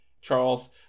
Charles